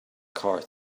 car